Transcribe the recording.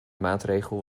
maatregel